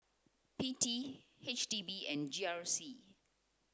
P T H D B and G R C